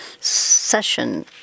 session